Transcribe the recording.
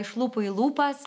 iš lūpų į lūpas